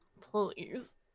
please